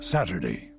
Saturday